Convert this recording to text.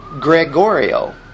Gregorio